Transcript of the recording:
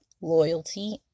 loyalty